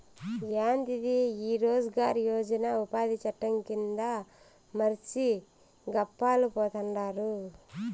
యాందిది ఈ రోజ్ గార్ యోజన ఉపాది చట్టం కింద మర్సి గప్పాలు పోతండారు